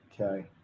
Okay